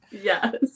Yes